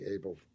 able